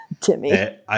Timmy